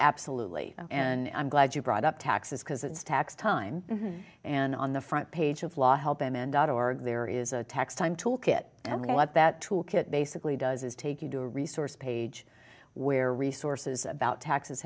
absolutely and i'm glad you brought up taxes because it's tax time and on the front page of law help them in dot org there is a tax time tool kit and what that tool kit basically does is take you to a resource page where resources about taxes